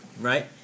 right